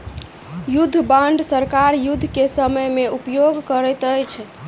युद्ध बांड सरकार युद्ध के समय में उपयोग करैत अछि